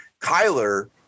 Kyler